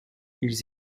ils